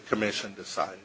commission decide